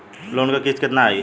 Loan क किस्त कितना आई?